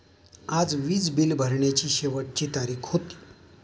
आज वीज बिल भरण्याची शेवटची तारीख होती